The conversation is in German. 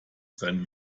sein